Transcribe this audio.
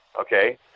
okay